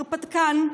הרפתקן,